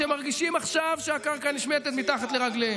שמרגישים עכשיו שהקרקע נשמטת מתחת לרגליהם.